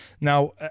Now